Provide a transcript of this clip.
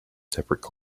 temperate